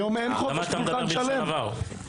למה אתה מדבר בלשון עבר?